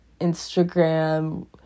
instagram